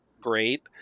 great